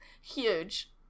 Huge